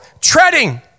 treading